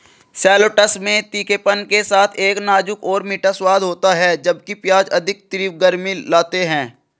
shallots में तीखेपन के साथ एक नाजुक और मीठा स्वाद होता है, जबकि प्याज अधिक तीव्र गर्मी लाते हैं